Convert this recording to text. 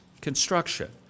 construction